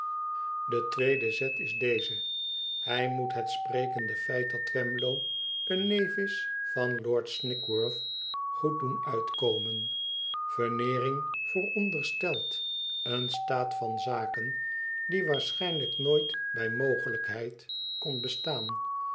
de tweede zet is deze hij moet het sprekende feit dat twemlow een neefis van lordsnigsworth goed doen uitkomen veneering vooronderstelt een staat van zaken die waarschijnlijk nooit bij mogelijkheid kon bestaan